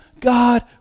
God